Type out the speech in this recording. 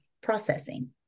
processing